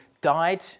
died